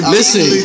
Listen